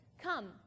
come